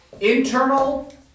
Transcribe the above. internal